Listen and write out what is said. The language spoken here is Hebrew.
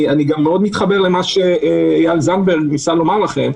אני גם מאוד מתחבר למה שאיל זנדברג ניסה לומר לכם,